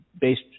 based